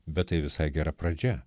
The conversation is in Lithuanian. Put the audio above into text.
bet tai visai gera pradžia